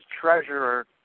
treasurer